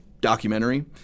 documentary